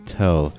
tell